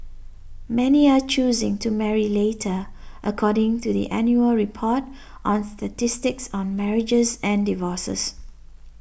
many are choosing to marry later according to the annual report on statistics on marriages and divorces